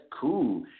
cool